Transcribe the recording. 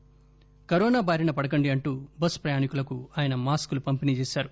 corona బారిన పడకండి అంటూ బస్ ప్రయాణికులకు ఆయన మాస్కులు పంపిణీ చేశారు